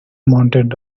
mounted